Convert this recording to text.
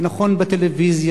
זה נכון בטלוויזיה,